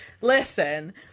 listen